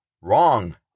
Wrong